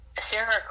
Sarah